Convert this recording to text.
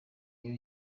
iyo